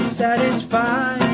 satisfied